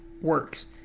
works